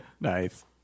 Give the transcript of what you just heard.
Nice